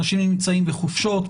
אנשים נמצאים בחופשות,